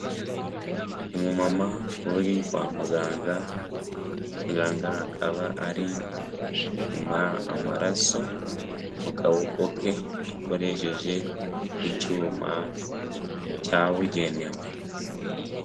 Umu mama uri kwa muganga muganga akaba ari kumupima amaraso mu kaboko kwe akoresheje icyuma cyabugenewe.